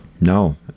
No